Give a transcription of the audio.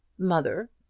mother,